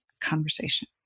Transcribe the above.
conversation